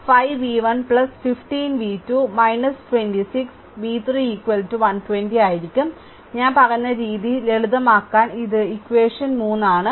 അതിനാൽ 5 v1 15 v2 26 v3 120 ആയിരിക്കും ഞാൻ പറഞ്ഞ രീതി ലളിതമാക്കാൻ ഇത് ഇക്വഷൻ 3 ആണ്